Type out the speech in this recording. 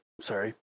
sorry